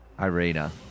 Irina